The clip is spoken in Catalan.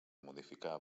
modificar